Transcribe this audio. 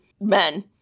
men